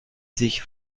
sich